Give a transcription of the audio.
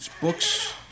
books